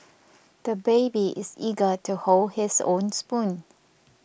the baby is eager to hold his own spoon